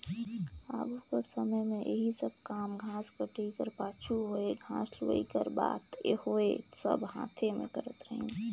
आघु कर समे में एही सब काम घांस कटई कर पाछू होए घांस लुवई कर बात होए सब हांथे में करत रहिन